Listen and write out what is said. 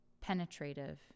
penetrative